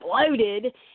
exploded